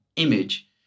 image